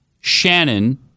Shannon